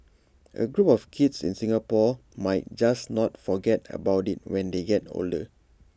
A group of kids in Singapore might just not forget about IT when they get older